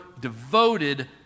devoted